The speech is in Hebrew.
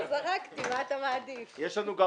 יש 110 עורכי דין בכל הארגון.